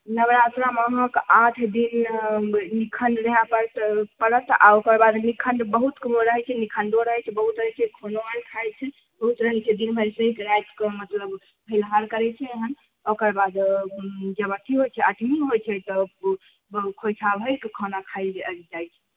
नवरात्रामे अहाँकेॅं आठ दिन निखण्ड रहै पड़त पड़त आ ओकर बाद निखण्ड बहुतके रहै छै निखण्डो रहै छै बहुत रहै छै खानो आर खाइ छै बहुत एहन छै दिन भरि सहि कऽ राति कऽ मतलब फलहार करै छै एहन ओकर बाद जब अथी होइ छै अठमी होइ छै तब खोइछा भरि कऽ खाना खाइ जाइ जाइ छै